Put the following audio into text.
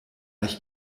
ich